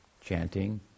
chanting